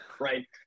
right